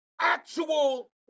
actual